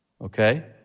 Okay